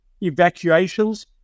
evacuations